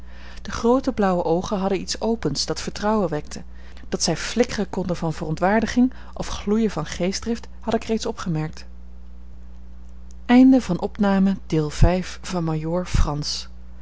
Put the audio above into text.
de groote blauwe oogen hadden iets opens dat vertrouwen wekte dat zij flikkeren konden van verontwaardiging of gloeien van geestdrift had ik reeds opgemerkt